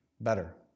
better